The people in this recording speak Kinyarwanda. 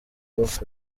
golf